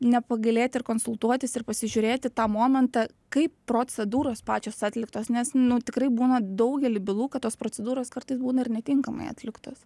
nepagailėti ir konsultuotis ir pasižiūrėti tą momentą kaip procedūros pačios atliktos nes nu tikrai būna daugely bylų kad tos procedūros kartais būna ir netinkamai atliktos